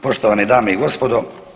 Poštovane dame i gospodo.